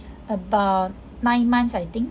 about nine months I think